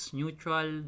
neutral